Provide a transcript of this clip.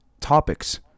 topics